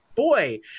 boy